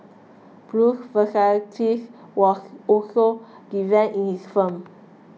Bruce's was also given in his films